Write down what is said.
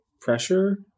pressure